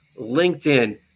LinkedIn